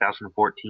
2014